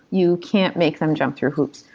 you can't make them jump through hoops.